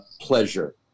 pleasure